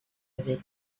avec